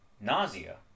nausea